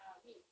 ah meal